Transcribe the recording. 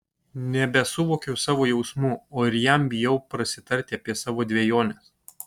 nebesuvokiu savo jausmų o ir jam bijau prasitarti apie savo dvejones